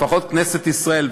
לפחות כנסת ישראל,